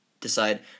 decide